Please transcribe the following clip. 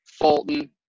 Fulton